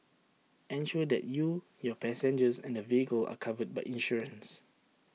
ensure that you your passengers and vehicle are covered by insurance